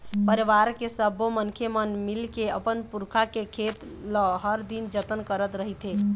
परिवार के सब्बो मनखे मन मिलके के अपन पुरखा के खेत ल हर दिन जतन करत रहिथे